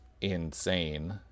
insane